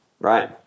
right